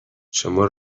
شما